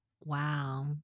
Wow